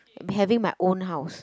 having my own house